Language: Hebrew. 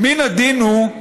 מן הדין הוא,